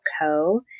Co